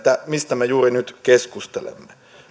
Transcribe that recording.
mistä me juuri nyt keskustelemme